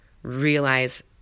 Realize